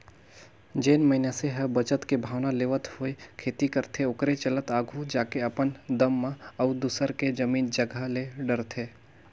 जेन मइनसे ह बचत के भावना लेवत होय खेती करथे ओखरे चलत आघु जाके अपने दम म अउ दूसर के जमीन जगहा ले डरथे